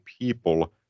people